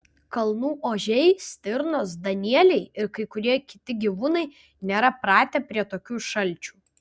kalnų ožiai stirnos danieliai ir kai kurie kiti gyvūnai nėra pratę prie tokių šalčių